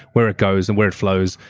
where it goes, and where it flows,